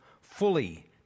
fully